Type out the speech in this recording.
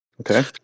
Okay